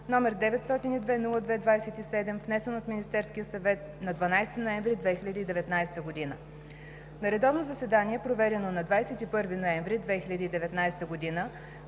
№ 902-02-27, внесен от Министерския съвет на 12 ноември 2019 г. На редовно заседание, проведено на 21 ноември 2019 г.,